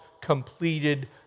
completed